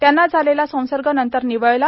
त्यांना झालेला संसर्ग नंतर निवळला